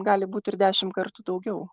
gali būt ir dešimt kartų daugiau